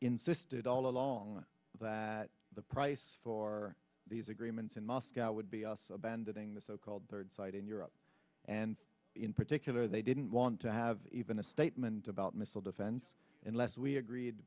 insisted all along that the price for these agreements in moscow would be us abandoning the so called third site in europe and in particular they didn't want to have even a statement about missile defense unless we agreed